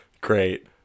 Great